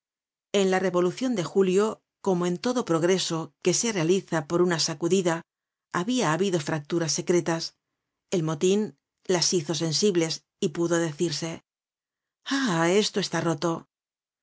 en la revolucion de julio como en todo progreso que se realiza por una sacudida habia habido fracturas secretas el motin las hizo sensibles y pudo decirse ah esto está roto